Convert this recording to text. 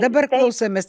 dabar klausomės